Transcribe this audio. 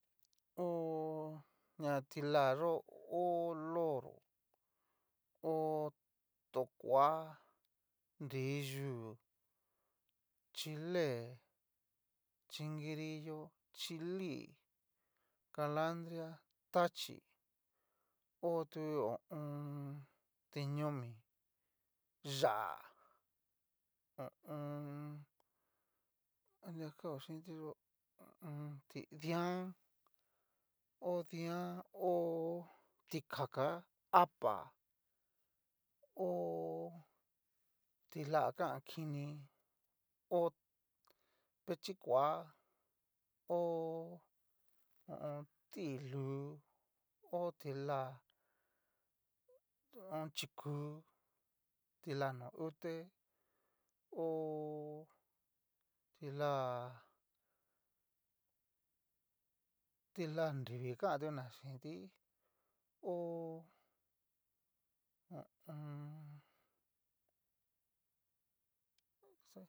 Ho. ña tila ho loro, ho tokoa, nriyuú, chile, chingirillo, chilí'i, galandria tachí o tu ho o on. tiñomi, yáa, ho o on. anria kao chínti yó'o ho o on ti dian o dian o, ti kaka, ha'pa ho tila kankini, ho pechi koa, ho. ho o on. tí lú, ho tila hon chikú, tila no ute ho. tila tila nrivii kantuna xhinti ho hu u un.